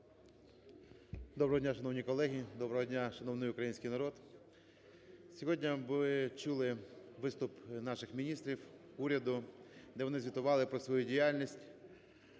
Доброго дня, шановні колеги! Доброго дня, шановний український народ! Сьогодні ви чули виступи наших міністрів, уряду, де вони звітували про свою діяльність.